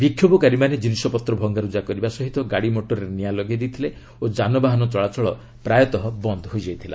ବିକ୍ଷୋଭକାରୀମାନେ ଜିନିଷପତ୍ର ଭଙ୍ଗାରୁଜା କରିବା ସହ ଗାଡ଼ିମୋଟରରେ ନିଆଁ ଲଗାଇଦେଇଥିଲେ ଓ ଯାନବାହାନ ଚଳାଚଳ ବନ୍ଦ ହୋଇଯାଇଥିଲା